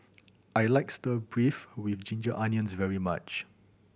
I like stir beef with ginger onions very much